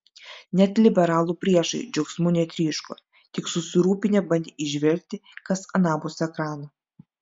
net liberalų priešai džiaugsmu netryško tik susirūpinę bandė įžvelgti kas anapus ekrano